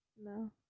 No